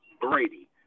Brady